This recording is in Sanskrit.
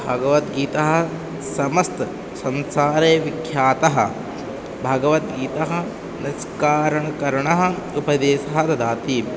भगवद्गीता समस्तसंसारे विख्यातः भगवद्गीता निस्कारणकरणः उपदेशः ददाति